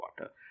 water